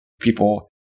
people